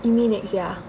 you mean next year ah